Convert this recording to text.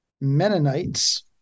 Mennonites